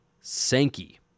Sankey